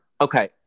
Okay